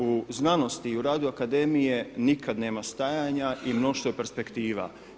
U znanosti i u radu akademije nikad nema stajanja i mnoštvo je perspektiva.